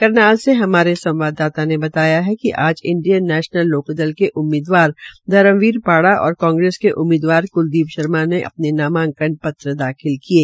करनाल से हमारे संवाददाता ने बताया कि कि इंडियन नैशनल लोकदल की उम्मीदवार धर्मवीर पाड़ा और कांग्रेस के उम्मीदवार क्लदीप शर्मा ने अपने नामांकन पत्र दाखिल किये